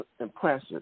impressive